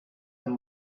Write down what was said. and